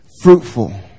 fruitful